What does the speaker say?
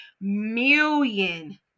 million